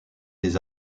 des